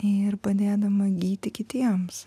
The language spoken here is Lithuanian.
ir padėdama gyti kitiems